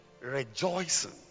rejoicing